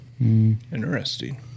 Interesting